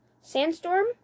Sandstorm